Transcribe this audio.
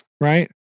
right